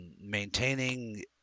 maintaining